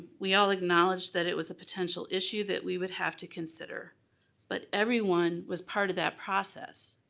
we all acknowledged that it was a potential issue that we would have to consider but everyone was part of that process.